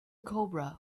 cobra